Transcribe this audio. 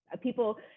people